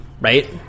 right